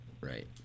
Right